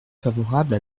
favorable